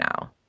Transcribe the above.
now